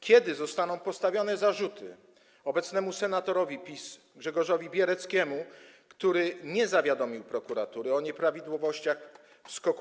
Kiedy zostaną postawione zarzuty obecnemu senatorowi PiS Grzegorzowi Biereckiemu, który nie zawiadomił prokuratury o nieprawidłowościach SKOK-